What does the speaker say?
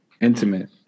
intimate